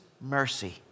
mercy